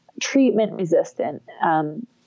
treatment-resistant